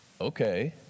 Okay